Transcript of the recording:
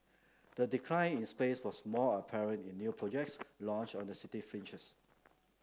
the decline in space was most apparent in new projects launched on the city fringes